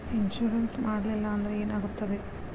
Insurance ಮಾಡಲಿಲ್ಲ ಅಂದ್ರೆ ಏನಾಗುತ್ತದೆ?